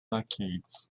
arcades